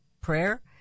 prayer